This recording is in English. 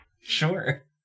Sure